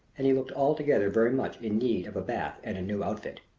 and he looked altogether very much in need of a bath and a new outfit.